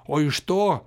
o iš to